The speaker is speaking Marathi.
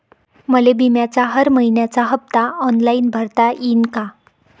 मले बिम्याचा हर मइन्याचा हप्ता ऑनलाईन भरता यीन का?